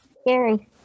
Scary